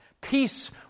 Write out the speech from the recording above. peace